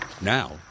Now